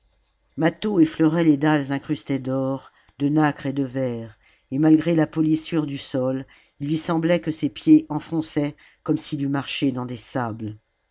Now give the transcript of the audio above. mâtho effleurait les dalles incrustées d'or de nacre et de verre et malgré la polissure du sol il lui semblait que ses pieds enfonçaient comme s'il eût marché dans des sables